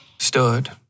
stood